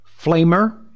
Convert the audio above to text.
Flamer